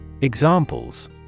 Examples